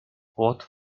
what